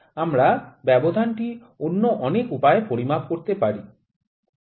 আমরা ব্যবধানটি অন্য অনেক উপায়ে পরিমাপ করতে পারি